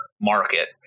market